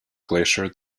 glacier